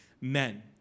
men